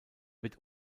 wird